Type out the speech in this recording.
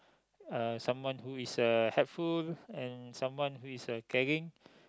uh someone who is a helpful and someone who is a caring